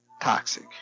toxic